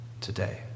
today